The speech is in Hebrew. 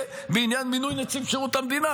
ובעניין מינוי נציב שירות המדינה,